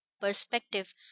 perspective